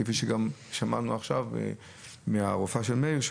כפי שגם שמענו עכשיו מהרופאה של מאיר,